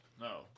No